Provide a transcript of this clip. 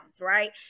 Right